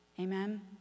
Amen